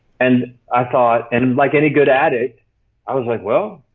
and i thought, and like any good addict, i was like, well,